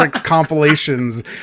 compilations